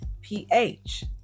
pH